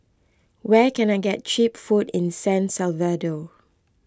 where can I get Cheap Food in San Salvador